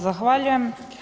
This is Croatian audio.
Zahvaljujem.